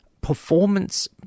performance